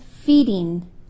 feeding